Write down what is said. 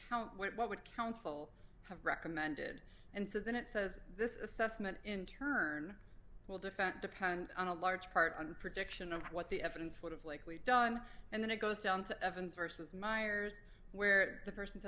count what would council have recommended and so then it says this assessment in turn will defend depend on a large part on prediction of what the evidence would have likely done and then it goes down to evans versus myers where the person